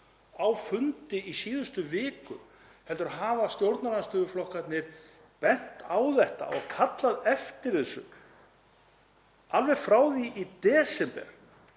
á fundi í síðustu viku heldur hafa stjórnarandstöðuflokkarnir bent á þetta og kallað eftir þessu alveg frá því í desember